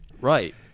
Right